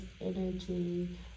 energy